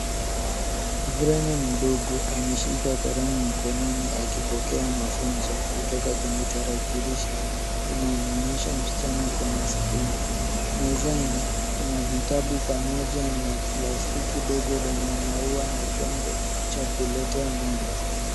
Mvulana mdogo ameshika kalamu mkononi akipokea mafunzo kutoka kwenye tarakilishi. Inamwonyesha msichana kwenye skirini. Mezani kuna vitabu pamoja na plastiki dogo lenye maua na chombo cha kuletea mwanga.